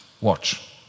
watch